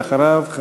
ואחריו,